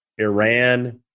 Iran